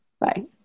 Bye